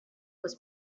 was